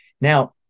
Now